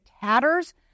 tatters